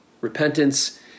Repentance